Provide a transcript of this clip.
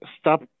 stop